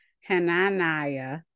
Hananiah